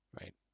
right